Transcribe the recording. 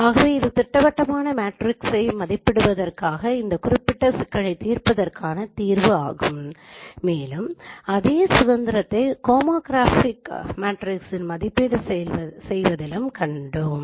ஆகவே இது திட்டவட்டமான மேட்ரிக்ஸை மதிப்பிடுவதற்காக இந்த குறிப்பிட்ட சிக்கலைத் தீர்ப்பதற்கான தீர்வு ஆகும் மேலும் அதே சூத்திரத்தை ஹோமோகிராபி மேட்ரிக்ஸின் மதிப்பீடு செய்வதிலும் கண்டோம்